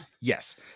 Yes